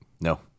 No